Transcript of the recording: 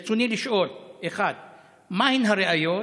רצוני לשאול: 1. מהן הראיות?